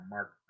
Mark